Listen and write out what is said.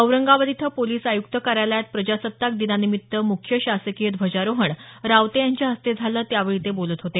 औरंगाबाद इथं पोलिस आयुक्त कार्यालयात प्रजासताक दिनानिमित्त मुख्य शासकीय ध्वजारोहण रावते यांच्या हस्ते झालं त्यावेळी ते बोलत होते